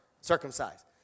circumcised